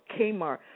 Kmart